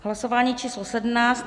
Hlasování číslo sedmnáct.